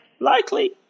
likely